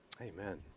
Amen